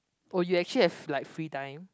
oh you actually have like free time